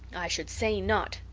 i should say not.